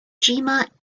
jima